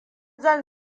zan